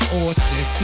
austin